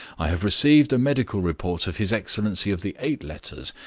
i have received a medical report of his excellency of the eight letters,